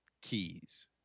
keys